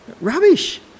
Rubbish